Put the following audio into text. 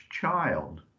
child